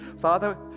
Father